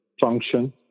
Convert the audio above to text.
function